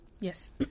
Yes